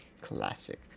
Classic